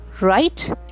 Right